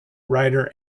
writer